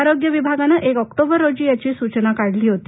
आरोग्य विभागानं एक ऑक्टोबर रोजी यांची सूचना काढली होती